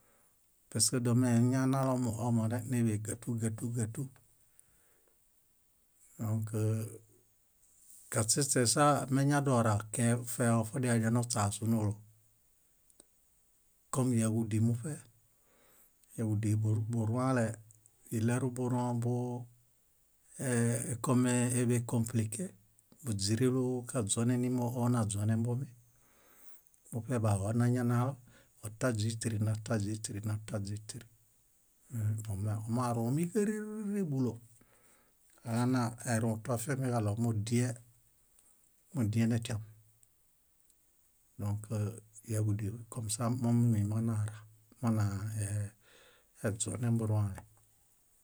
Paske domeñanalo muhomorek néḃe gátu, gátu, gátu. Kaśeśesa meñadora ke- feho fodialedianośasu nólo. Kom yáġudi muṗe, yáġudi buruãle iɭeruburuõ búekomeeḃekõplike; búźirilu kaźonenimoonaźonebomi. Muṗe obahonañanalo ota źíitiri, nata źíitiri, nata źíitiri, úhu, marũmi kárereree búlo; alanarũ toafiamiġaɭo mudienetiam. Dõk yáġudi kom sa mómimimonara, mona ee- eźonẽburuãle.